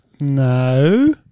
No